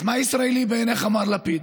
אז מה ישראלי בעיניך, מר לפיד?